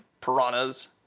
piranhas